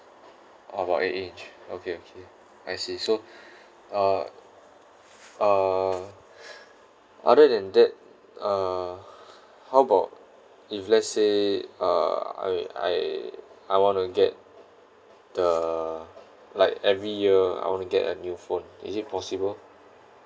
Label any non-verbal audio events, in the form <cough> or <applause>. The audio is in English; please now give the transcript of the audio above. about eight inch okay okay I see so <breath> uh uh <breath> other than that uh <breath> how about if let's say uh I I I want to get the like every year I want to get a new phone is it possible